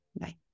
Bye